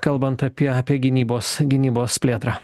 kalbant apie apie gynybos gynybos plėtrą